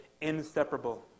inseparable